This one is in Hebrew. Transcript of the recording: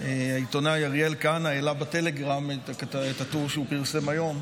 העיתונאי אריאל כהנא העלה בטלגרם את הטור שהוא פרסם היום,